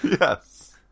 Yes